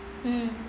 mm